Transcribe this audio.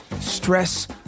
stress